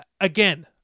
again